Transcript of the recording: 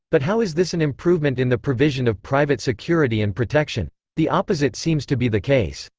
but how is this an improvement in the provision of private security and protection? the opposite seems to be the case.